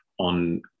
on